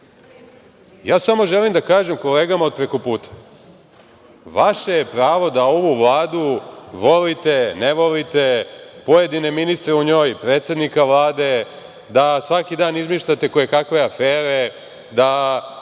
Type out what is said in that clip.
samo želim da kažem kolegama od prekoputa, vaše je pravo da ovu Vladu volite, ne volite, pojedine ministre u njoj, predsednika Vlade, da svaki dan izmišljate kojekakve afere, da